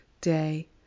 day